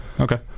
Okay